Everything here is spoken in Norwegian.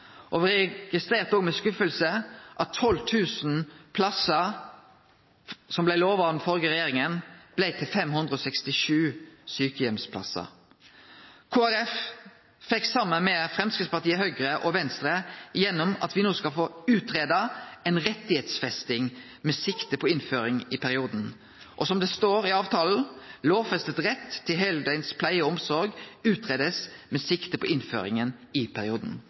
garantien. Me registrerte òg med skuffelse at 12 000 plassar som blei lova av den førre regjeringa, blei til 567 sjukeheimsplassar. Kristeleg Folkeparti fekk saman med Framstegspartiet, Høgre og Venstre gjennom at me no skal få greidd ut ei rettigheitsfesting med sikte på innføring i perioden. Som det står i avtala: Lovfesta rett til heildøgns pleie og omsorg blir greidd ut med sikte på innføring i perioden.